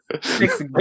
six